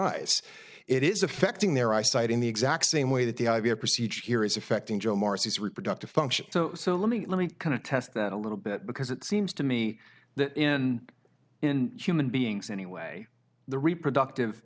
eyes it is affecting their eyesight in the exact same way that the idea of procedure here is affecting joe marcy's reproductive function so let me let me kind of test that a little bit because it seems to me that in in human beings anyway the reproductive